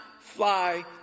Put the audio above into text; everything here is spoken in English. fly